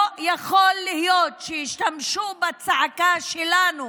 לא יכול להיות שישתמשו בצעקה שלנו